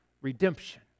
redemption